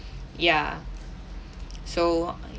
ya so